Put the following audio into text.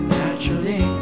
naturally